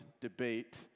debate